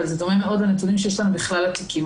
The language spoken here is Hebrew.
אבל זה דומה מאוד לנתונים שיש שלנו בכלל התיקים.